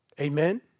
Amen